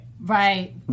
right